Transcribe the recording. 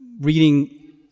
reading